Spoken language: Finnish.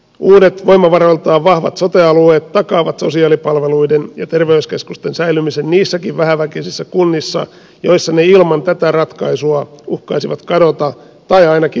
uudet voimavaroiltaan vahvat sote alueet takaavat sosiaalipalveluiden ja terveyskeskusten säilymisen niissäkin vähäväkisissä kunnissa joissa ne ilman tätä ratkaisua uhkaisivat kadota tai ainakin yksityistyä